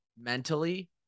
mentally